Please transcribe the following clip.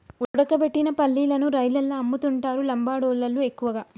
ఉడకబెట్టిన పల్లీలను రైలల్ల అమ్ముతుంటరు లంబాడోళ్ళళ్లు ఎక్కువగా